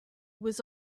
was